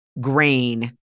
grain